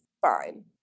fine